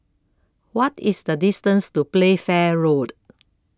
What IS The distance to Playfair Road